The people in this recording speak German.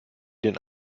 den